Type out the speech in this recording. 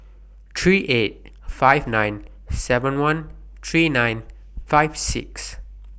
three eight five nine seven one three nine five six